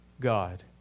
God